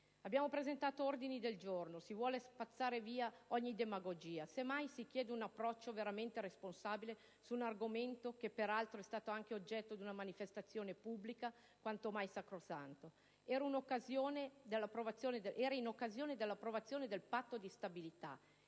Abbiamo presentato ordini del giorno, con i quali si vuole spazzare via ogni demagogia. Semmai si chiede un approccio veramente responsabile su un argomento che, peraltro, è stato anche oggetto di una manifestazione pubblica, quanto mai sacrosanta. Era in occasione dell'approvazione del Patto di stabilità,